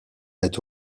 est